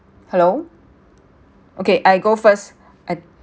hello okay I go first I